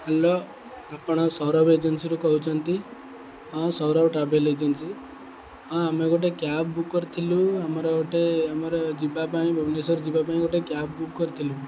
hello ଆପଣ ସୌରଭ ଏଜେନ୍ସିରୁ କହୁଛନ୍ତି ହଁ ସୌରଭ ଟ୍ରାଭେଲ୍ ଏଜେନ୍ସି ହଁ ଆମେ ଗୋଟେ କ୍ୟାବ୍ ବୁକ୍ କରିଥିଲୁ ଆମର ଗୋଟେ ଆମର ଯିବା ପାଇଁ ଭୁବନେଶ୍ୱର ଯିବା ପାଇଁ ଗୋଟେ କ୍ୟାବ୍ ବୁକ୍ କରିଥିଲୁ